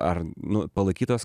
ar nu palaikytojas